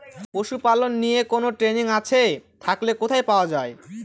পশুপালন নিয়ে কোন ট্রেনিং আছে থাকলে কোথায় পাওয়া য়ায়?